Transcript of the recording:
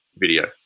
video